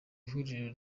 ivuriro